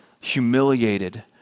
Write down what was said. humiliated